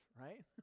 right